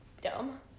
dumb